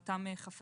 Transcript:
על אותם חפצים,